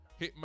Hitman